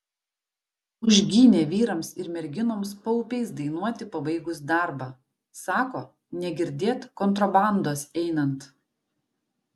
užgynė vyrams ir merginoms paupiais dainuoti pabaigus darbą sako negirdėt kontrabandos einant